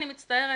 אני מצטערת,